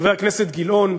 חבר הכנסת גילאון,